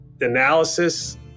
analysis